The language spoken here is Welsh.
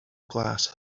glas